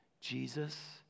Jesus